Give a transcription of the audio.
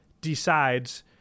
decides